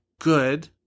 good